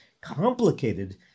complicated